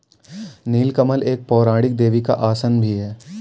नील कमल एक पौराणिक देवी का आसन भी है